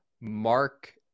Mark